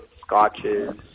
scotches